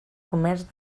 comerç